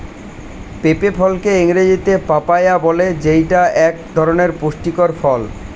পেঁপে ফলকে ইংরেজিতে পাপায়া বলে যেইটা এক ধরনের পুষ্টিকর ফল